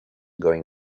going